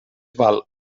val